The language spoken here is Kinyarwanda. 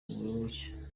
muyoboke